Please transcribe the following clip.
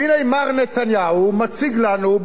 והנה מר נתניהו מציג לנו,